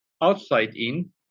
outside-in